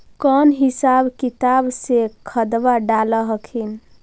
कौन हिसाब किताब से खदबा डाल हखिन?